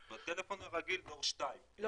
בטלפון הרגיל דור 2 יש Bluetooth.